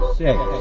six